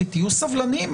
תהיו סבלניים,